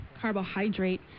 carbohydrate